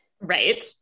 right